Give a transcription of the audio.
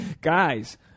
Guys